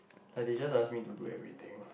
like they just ask me to do everything